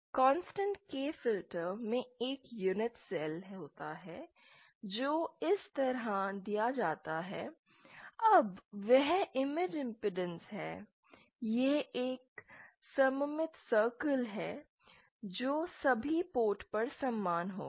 constant K filter में एक unit cell होता है जो इस तरह दिया जाता है अब वह इमेज इमपेडेंस है यह एक सममित सर्कल है जो सभी पोर्ट पर समान होगा